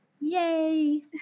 Yay